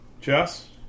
Jess